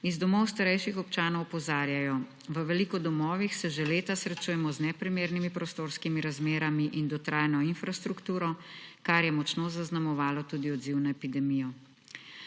Iz domov starejših občanov opozarjajo, da se v veliko domovih že leta srečujejo z neprimernimi prostorskimi razmerami in dotrajano infrastrukturo, kar je močno zaznamovalo tudi odziv na epidemijo.